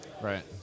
right